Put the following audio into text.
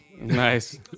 Nice